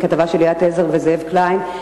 כתבה של ליאת עזר וזאב קליין,